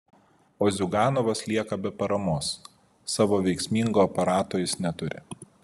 o ziuganovas lieka be paramos savo veiksmingo aparato jis neturi